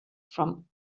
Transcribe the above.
from